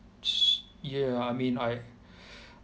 ya I mean I